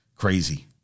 Crazy